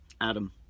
Adam